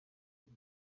gusa